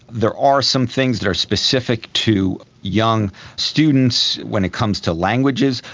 there are some things that are specific to young students when it comes to languages,